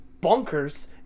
bonkers